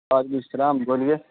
وعلیکم السلام بولیے